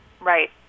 Right